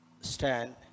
stand